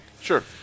Sure